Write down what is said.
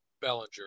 Bellinger